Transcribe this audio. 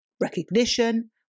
recognition